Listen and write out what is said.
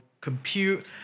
compute